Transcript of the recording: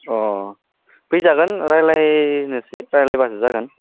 अ फैजागोन रायज्लायनिसै रायज्लायबानो जागोन